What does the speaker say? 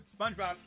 SpongeBob